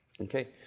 Okay